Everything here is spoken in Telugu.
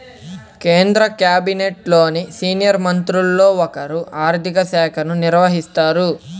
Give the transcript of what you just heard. కేంద్ర క్యాబినెట్లోని సీనియర్ మంత్రుల్లో ఒకరు ఆర్ధిక శాఖను నిర్వహిస్తారు